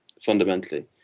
fundamentally